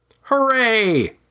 Hooray